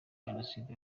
jenoside